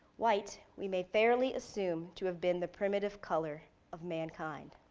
white, we may fairly assume to have been the primitive color of mankind.